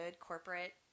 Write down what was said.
corporate